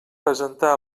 presentar